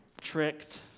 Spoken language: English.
tricked